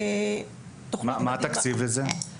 מה התקציב לזה?